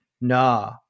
nah